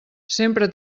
sempre